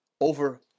over